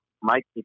Mike